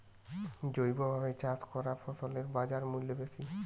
জৈবভাবে চাষ করা ফসলের বাজারমূল্য বেশি